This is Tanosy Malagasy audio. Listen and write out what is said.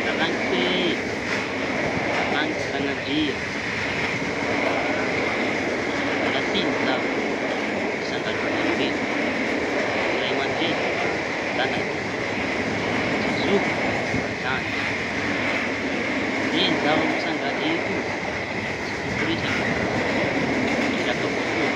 Salañitsy e! Salañitsy rañadria! Da mialatsiñy za no hitsanga alohan' areo eto, tsy ray aman-dreñy fa zañaky tsy zoky fa zandry. Ndre zaho mitsanga eto io tsy tomporesaky fa iraka avao koa.